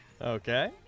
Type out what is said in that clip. Okay